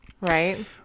right